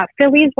Phillies